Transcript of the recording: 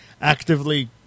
actively